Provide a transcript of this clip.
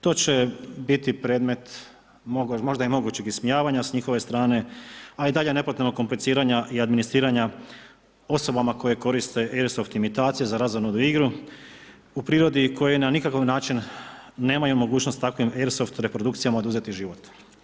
To će biti predmet možda i mogućeg ismijavanja s njihove strane, a i dalje nepotrebnog kompliciranja i administriranja osobama koje koriste airsoft imitacije za razonodu i igru u prirodi koji na nikakav način nemaju mogućnost takvim airsoft reprodukcijama oduzeti život.